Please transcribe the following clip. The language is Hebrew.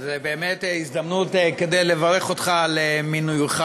זו באמת הזדמנות לברך אותך על מינויך,